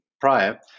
prior